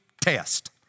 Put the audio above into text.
test